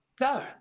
No